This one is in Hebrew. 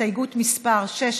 הסתייגות מס' 6,